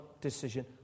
decision